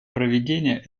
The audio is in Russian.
проведение